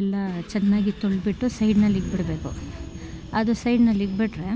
ಎಲ್ಲ ಚೆನ್ನಾಗಿ ತೊಳೆದ್ಬಿಟ್ಟು ಸೈಡ್ನಲ್ಲಿ ಇಕ್ಬಿಡಬೇಕು ಅದು ಸೈಡ್ನಲ್ಲಿ ಇಕ್ಬಿಟ್ರೆ